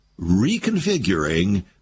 reconfiguring